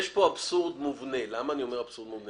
כאן אבסורד מובנה ולמה אני אומר אבסורד מובנה?